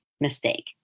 mistake